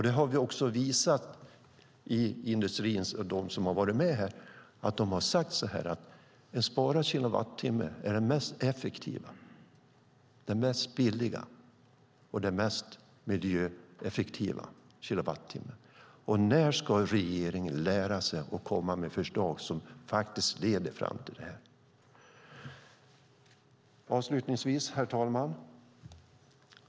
De inom industrin som har varit med här har sagt att en sparad kilowattimme är den effektivaste, billigaste och miljöeffektivaste kilowattimmen. När ska regeringen lära sig och komma med förslag som leder fram till detta? Herr talman!